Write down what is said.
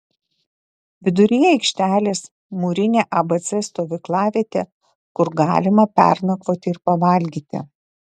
viduryje aikštelės mūrinė abc stovyklavietė kur galima pernakvoti ir pavalgyti